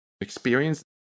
experience